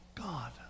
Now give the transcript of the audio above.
God